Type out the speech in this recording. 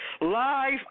live